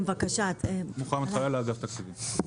מוחמד חלאילה אגף התקציבים.